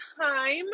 time